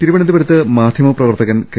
തിരുവനന്തപുരത്ത് മാധ്യമപ്രവർത്തകൻ കെ